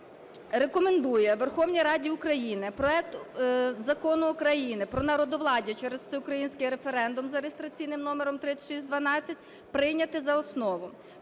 рекомендує Верховній Раді України проект Закону України про народовладдя через всеукраїнський референдум за реєстраційним номером 3612 прийняти за основу.